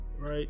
right